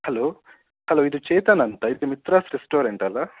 hello hello ಇದು ಚೇತನ್ ಅಂತ ಇದು ಮಿತ್ರಾಸ್ ರೆಸ್ಟೋರೆಂಟ್ ಅಲ್ವಾ